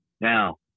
Now